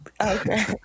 Okay